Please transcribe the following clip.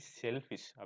selfish